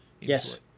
Yes